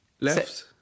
left